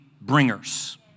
bringers